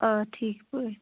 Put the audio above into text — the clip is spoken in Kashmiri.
آ ٹھیٖک پٲٹھۍ